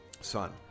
son